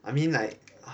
I mean like